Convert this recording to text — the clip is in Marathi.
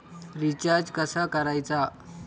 रिचार्ज कसा करायचा?